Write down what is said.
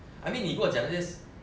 I mean 你跟我讲 just